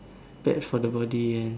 bad for the body and